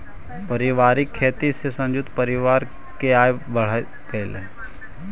पारिवारिक खेती से संयुक्त परिवार के आय बढ़ऽ हई